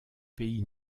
pays